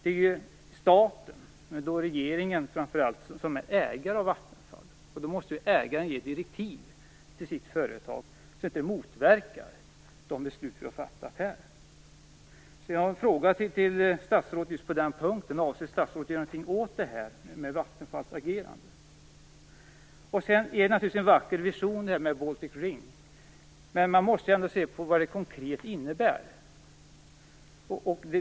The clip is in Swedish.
Det är staten, och då främst regeringen, som är ägare av Vattenfall. Ägaren måste ge ett direktiv till sitt företag så att det inte motverkar de beslut vi har fattat i riksdagen. Jag har en fråga just på den punkten. Avser statsrådet att göra någonting åt Vattenfalls agerande? Det är naturligtvis en vacker vision med Baltic Ring. Men man måste ändå se på vad det konkret innebär.